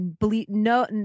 no